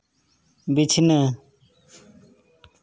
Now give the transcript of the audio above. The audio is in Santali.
ᱵᱤᱪᱷᱱᱟᱹ